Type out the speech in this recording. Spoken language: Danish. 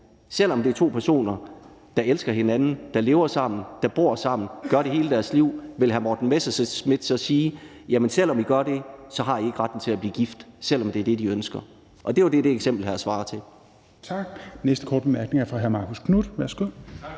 Selv hvis det er to personer, der elsker hinanden, der lever sammen, der bor sammen, og som gør det hele deres liv, vil hr. Morten Messerschmidt så sige, at selv om de gør det, har de ikke retten til at blive gift, selv om det er det, de ønsker? Det er jo det, det eksempel her svarer til.